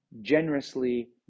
generously